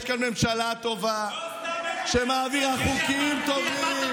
יש כאן ממשלה טובה שמעבירה חוקים טובים,